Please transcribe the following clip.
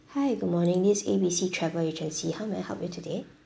hi good morning this is A B C travel agency how may I help you today